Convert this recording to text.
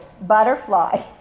butterfly